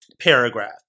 paragraph